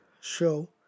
show